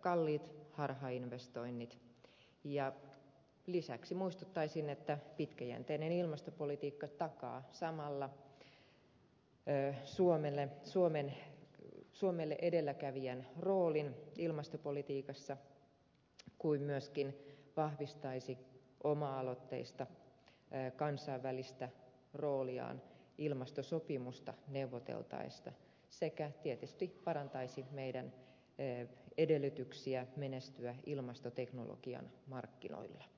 kalliit harhainvestoinnit ja lisäksi muistuttaisin että pitkäjänteinen ilmastopolitiikka takaa samalla suomelle edelläkävijän roolin ilmastopolitiikassa kuin myöskin vahvistaisi oma aloitteista kansainvälistä rooliaan ilmastosopimusta neuvoteltaessa sekä tietysti parantaisi meidän edellytyksiämme menestyä ilmastoteknologian markkinoilla